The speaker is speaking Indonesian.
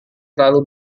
terlalu